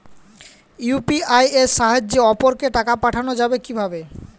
UPI এর সাহায্যে অপরকে টাকা পাঠানো যাবে কিভাবে?